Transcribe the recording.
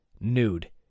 nude